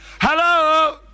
Hello